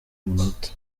munota